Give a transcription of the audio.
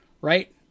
right